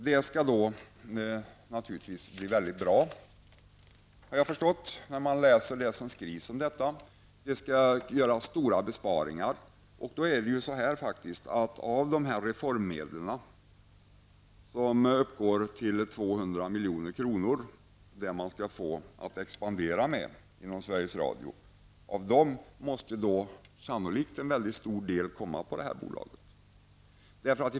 Det skall naturligtvis bli väldigt bra -- det har jag förstått när jag läst det som skrivs om detta. Det skall göras stora besparingar. Av dessa reformmedel, som uppgår till 200 milj.kr. -- det skall Sveriges Radio få att expandera med --, måste sannolikt en väldigt stor del tillfalla detta bolag.